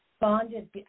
bonded